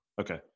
okay